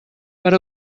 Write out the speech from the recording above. per